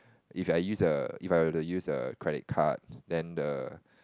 if I use a if I were to use a credit card then the